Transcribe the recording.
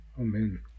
Amen